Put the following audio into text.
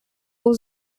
був